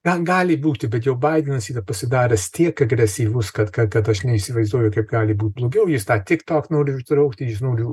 gal gali būti bet jau baidenas yra pasidaręs tiek agresyvus kad kad kad aš neįsivaizduoju kaip gali būt blogiau jis tą tik tok nori uždrausti nori